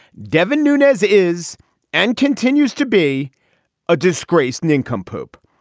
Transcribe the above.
devin nunez is and continues to be a disgraced nincompoop.